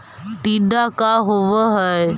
टीडा का होव हैं?